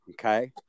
Okay